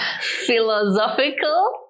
Philosophical